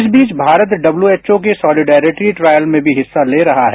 इस बीच भारत डब्ल्यूएचओ के सॉलिडेरिटी ट्रायल में भी हिस्सा ले रहा है